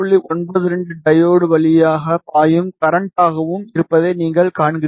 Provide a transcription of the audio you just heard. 92 diode வழியாக பாயும் கரண்ட்டாகவும் இருப்பதை நீங்கள் காண்கிறீர்கள்